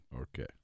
Okay